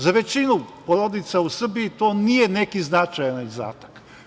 Za većinu porodica u Srbiji to nije neki značajan izdatak.